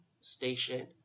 station